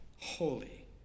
holy